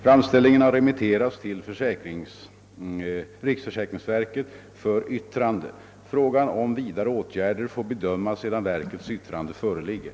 Framställningen har remitterats till riksförsäkringsverket för yttrande. Frågan om vidare åtgärder får bedömas sedan verkets yttrande föreligger.